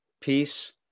peace